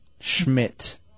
Schmidt